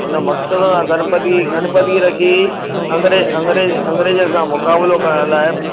उन मक़सद सां गणपती गणपती रखी अंग्रेज अंग्रेज अंग्रेज सां मुक़ाबलो करण लाइ